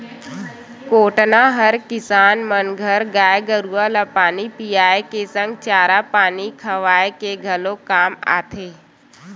कोटना हर किसान मन घर गाय गरुवा ल पानी पियाए के संग चारा पानी खवाए के घलोक काम आथे